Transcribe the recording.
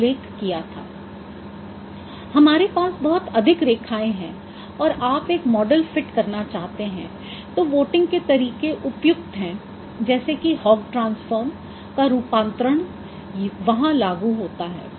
यदि हमारे पास बहुत अधिक रेखाएँ हैं और आप एक मॉडल फिट करना चाहते हैं तो वोटिंग के तरीके उपयुक्त हैं जैसे कि हौग ट्रांसफॉर्म का रूपांतरण वहां लागू होता है